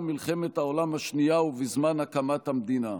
מלחמת העולם השנייה ובזמן הקמת המדינה,